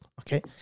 okay